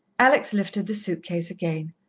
alex lifted the suit-case again.